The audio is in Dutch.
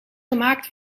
gemaakt